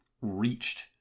reached